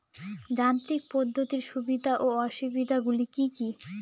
যান্ত্রিক পদ্ধতির সুবিধা ও অসুবিধা গুলি কি কি?